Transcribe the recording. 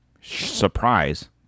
surprise